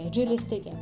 realistic